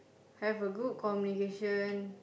have a good communication